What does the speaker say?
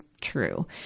true